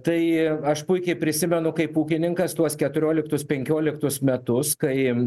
tai aš puikiai prisimenu kaip ūkininkas tuos keturioliktus penkioliktus metus kaim